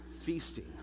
feasting